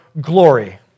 glory